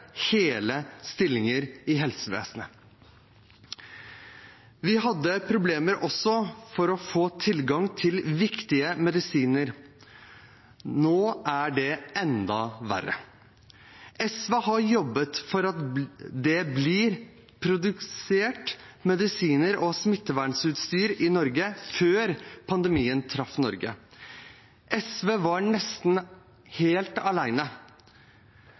hele stillinger i helsevesenet. Vi hadde også problemer med å få tilgang til viktige medisiner. Nå er det enda verre. SV har jobbet for at det blir produsert medisiner og smittevernutstyr i Norge, før pandemien traff Norge. SV var nesten helt